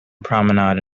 promenade